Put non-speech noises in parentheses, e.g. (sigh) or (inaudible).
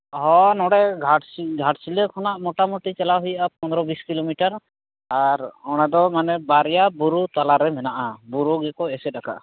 ᱦᱳᱭ ᱱᱚᱰᱮ (unintelligible) ᱜᱷᱟᱴᱥᱤᱞᱟᱹ ᱠᱷᱚᱱᱟᱜ ᱢᱚᱴᱟᱢᱩᱴᱤ ᱪᱟᱞᱟᱜ ᱦᱩᱭᱩᱜᱼᱟ ᱯᱚᱱᱫᱨᱚᱼᱵᱤᱥ ᱠᱤᱞᱳᱢᱤᱴᱟᱨ ᱟᱨ ᱚᱸᱰᱮᱫᱚ ᱢᱟᱱᱮ ᱵᱟᱨᱭᱟ ᱵᱩᱨᱩ ᱛᱟᱞᱟᱨᱮ ᱢᱮᱱᱟᱜᱼᱟ ᱵᱩᱨᱩᱜᱮᱠᱚ ᱮᱥᱮᱫ ᱟᱠᱟᱫᱼᱟ